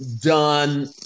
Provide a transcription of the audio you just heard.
done